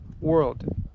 world